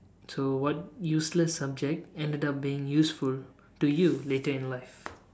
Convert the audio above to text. so what useless subject ended up being useful to you later in life